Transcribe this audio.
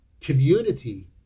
community